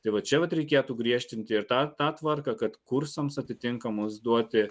tai va čia vat reikėtų griežtinti ir tą tą tvarką kad kursams atitinkamus duoti